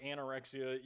anorexia